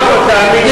רק פה, תאמין לי.